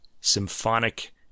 Symphonic